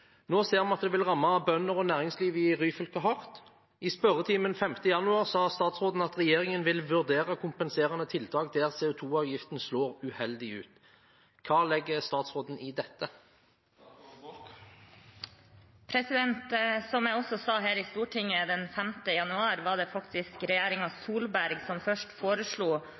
Nå ser vi at det vil ramme bønder og næringsliv i Ryfylke hardt. I spørretimen 5. januar sa statsråden at regjeringen vil vurdere kompenserende tiltak der CO 2 -avgiften slår uheldig ut. Hva legger statsråden i dette?» Som jeg også sa her i Stortinget den 5. januar, var det faktisk Solberg-regjeringen som først foreslo